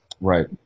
right